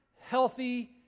healthy